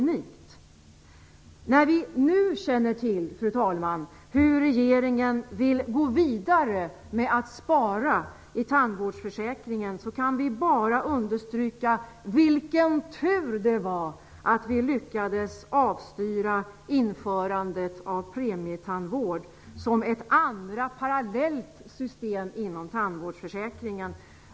När vi nu känner till, fru talman, hur regeringen vill gå vidare med att spara i tandvårdsförsäkringen kan vi bara understryka vilken tur det var att vi lyckades avstyra införandet av premietandvård som ett andra parallellt system inom tandvårdsförsäkringen.